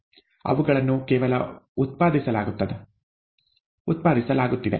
ಅವುಗಳನ್ನು ಕೇವಲ ಉತ್ಪಾದಿಸಲಾಗುತ್ತಿದೆ